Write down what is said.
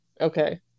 Okay